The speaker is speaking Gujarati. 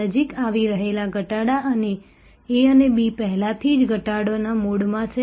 નજીક આવી રહેલા ઘટાડા અને A B પહેલાથી જ ઘટાડોના મોડમાં છે